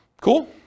Cool